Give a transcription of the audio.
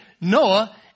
Noah